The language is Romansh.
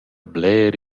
bler